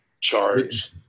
charge